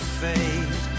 fade